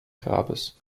grabes